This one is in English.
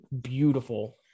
beautiful